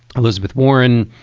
elizabeth warren